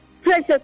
Precious